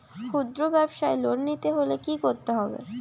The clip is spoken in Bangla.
খুদ্রব্যাবসায় লোন নিতে হলে কি করতে হবে?